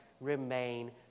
remain